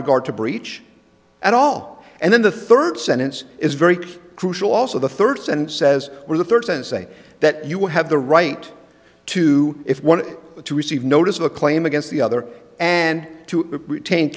regard to breach at all and then the third sentence is very crucial also the third and says where the third sense say that you will have the right to if one of the two receive notice of a claim against the other and to retain